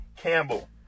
Campbell